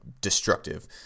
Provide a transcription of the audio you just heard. destructive